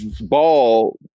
Ball